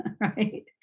right